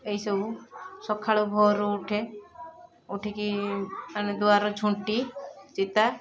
ଏଇସବୁ ସଖାଳୁ ଭୋରରୁ ଉଠେ ଉଠିକି ମାନେ ଦୁଆର ଝୁଣ୍ଟି ଚିତା